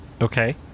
Okay